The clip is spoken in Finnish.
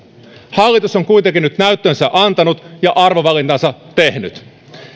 hallitus on kuitenkin nyt näyttönsä antanut ja arvovalintansa tehnyt